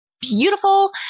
beautiful